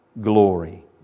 glory